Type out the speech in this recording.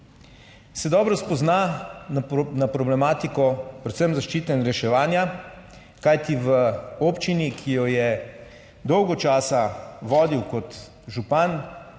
se dobro spozna na problematiko predvsem zaščite in reševanja, kajti v občini, ki jo je dolgo časa vodil kot župan,